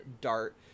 Dart